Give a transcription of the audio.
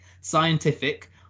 scientific